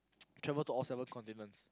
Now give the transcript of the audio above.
travel to all seven continents